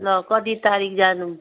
ल कति तारिक जानु